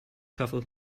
shuffle